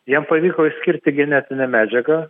jam pavyko išskirti genetinę medžiagą